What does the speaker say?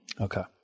Okay